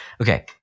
okay